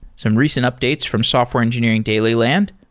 some recent updates from software engineering daily land.